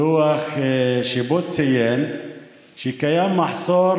דוח שבו ציין שקיים מחסור,